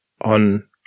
on